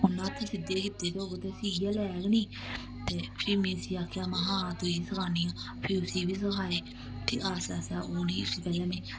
उन्न हत्थें सिद्धे सिद्धे कीते दे होग ते सियै लगै नी ते फ्ही में उसी आखेआ महां आ तुगी सखानी आं फ्ही उसी बी सखाए ते आस्ता आस्ता ओह् इस गल्ला में